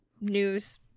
news